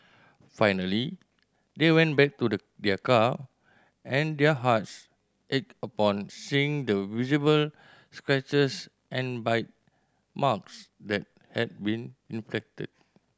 finally they went back to the their car and their hearts ached upon seeing the visible scratches and bite marks that had been inflicted